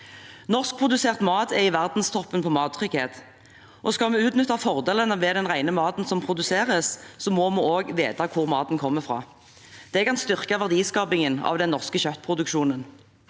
Norskprodusert mat er i verdenstoppen når det gjelder mattrygghet. Skal vi kunne utnytte fordelene ved den rene maten som produseres, må vi også vite hvor maten kommer fra. Det kan styrke verdiskapingen i den norske kjøttproduksjonen.